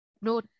No